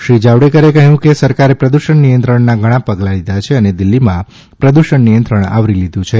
શ્રી જાવડેકરે કહ્યું કે સરકારે પ્રદૂષણ નિયંત્રણનાં ઘણા પગલાં લીધાં છે અને દિલ્હીમાં પ્રદૃષણ નિયંત્રણ આવરી લીધું છે